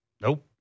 Nope